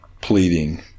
pleading